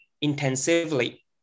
intensively